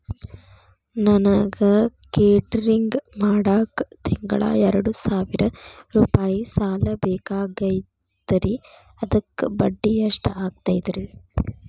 ನನಗ ಕೇಟರಿಂಗ್ ಮಾಡಾಕ್ ತಿಂಗಳಾ ಎರಡು ಸಾವಿರ ರೂಪಾಯಿ ಸಾಲ ಬೇಕಾಗೈತರಿ ಅದರ ಬಡ್ಡಿ ಎಷ್ಟ ಆಗತೈತ್ರಿ?